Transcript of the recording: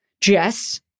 Jess